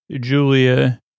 Julia